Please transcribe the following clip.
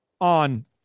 on